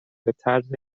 بطرز